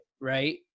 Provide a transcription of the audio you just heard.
right